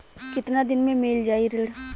कितना दिन में मील जाई ऋण?